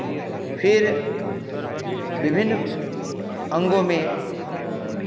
फिर विभिन्न अंगों में